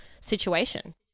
situation